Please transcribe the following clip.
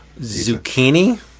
Zucchini